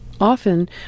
Often